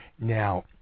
Now